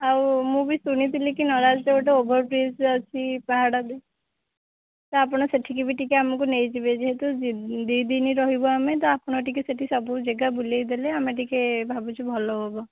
ହଉ ମୁଁ ବି ଶୁଣିଥିଲି କି ନରାଜରେ ଗୋଟେ ଓଭର୍ ବ୍ରିଜ୍ ଅଛି ପାହାଡ଼ରେ ତ ଆପଣ ବି ସେଠିକି ଆମକୁ ନେଇଯିବେ ଯେହେତୁ ଆମେ ଦୁଇ ଦିନ ରହିବୁ ଆମେ ତ ଆପଣ ଟିକେ ସେଠି ସବୁ ଜାଗା ବୁଲାଇ ଦେଲେ ଆମେ ଟିକେ ଭାବୁଛୁ ଭଲ ହବ